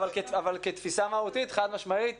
כתפיסה מהותית, חד משמעית